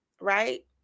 Right